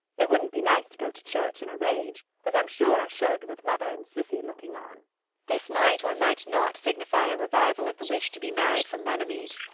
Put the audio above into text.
it wouldn't be nice to go to church in a rage, as i'm sure i should with mother and cissy looking on this might, or might not, signify a revival of the wish to be married from runnymede.